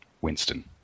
Winston